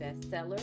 bestseller